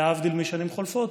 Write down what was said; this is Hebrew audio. להבדיל משנים חולפות,